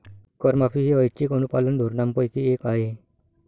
करमाफी ही ऐच्छिक अनुपालन धोरणांपैकी एक आहे